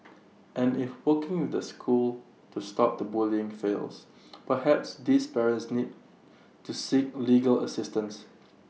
and if working with the school to stop the bullying fails perhaps these parents need to seek legal assistance